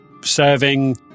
serving